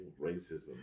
racism